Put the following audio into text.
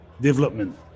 development